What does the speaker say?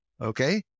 okay